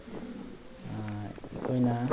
ꯑꯩꯈꯣꯏꯅ